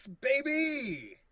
baby